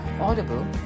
Audible